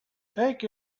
take